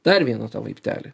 dar vieną laiptelį